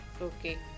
Okay